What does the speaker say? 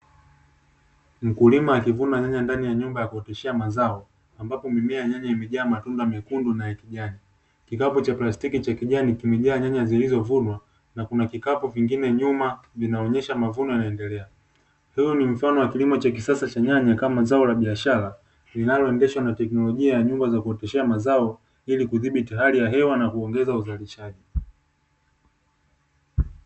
Mkulima akivuna nyanya ndani ya nyumba ya kuoteshea mazao, ambapo mimea ya nyanya imejaa matunda mekundu na ya kijani. Kikapu cha plastiki cha kijani kimejaa nyanya zilizovunwa na kuna kikapu kingine nyuma inaonyesha mavuno yanaendelea. Huu ni mfano wa kilimo cha kisasa cha nyanya kama zao la biashara linaloendeshwa na teknolojia ya nyumba za kuoteshea mazao ili kudhibiti hali ya hewa na kuongeza uzalishaji.